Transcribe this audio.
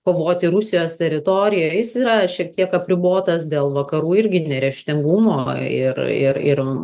kovoti rusijos teritorijoj jis yra šiek tiek apribotas dėl vakarų irgi neryžtingumo ir ir ir